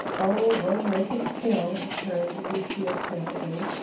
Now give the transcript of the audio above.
oh, we'll make it still, encouraged lucile, cheerfully.